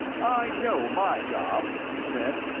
i know my job, he said.